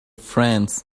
friends